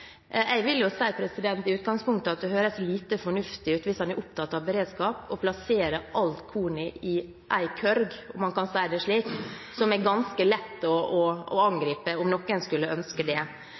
Jeg vil jo si at i utgangspunktet høres det lite fornuftig ut hvis en er opptatt av beredskap, å plassere alt kornet i én kurv, om man kan si det slik, som er ganske lett å angripe om noen skulle ønske det.